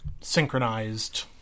synchronized